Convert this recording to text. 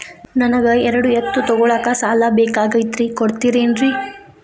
ನನಗ ಎರಡು ಎತ್ತು ತಗೋಳಾಕ್ ಸಾಲಾ ಬೇಕಾಗೈತ್ರಿ ಕೊಡ್ತಿರೇನ್ರಿ?